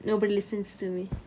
nobody listens to me